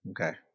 okay